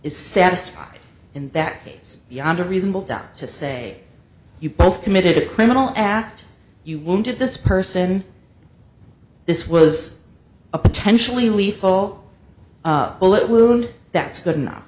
is satisfied in that case beyond a reasonable doubt to say you both committed a criminal act you wounded this person this was a potentially lethal bullet wound that's good enough